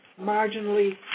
marginally